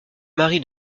mari